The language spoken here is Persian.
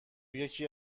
یکی